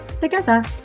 together